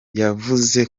yavuze